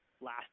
last